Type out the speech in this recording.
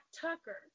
tucker